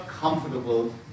comfortable